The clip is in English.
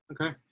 okay